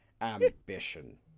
ambition